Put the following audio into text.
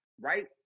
right